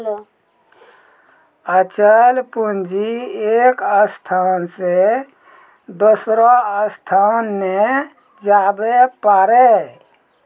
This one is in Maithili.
अचल पूंजी एक स्थान से दोसरो स्थान नै जाबै पारै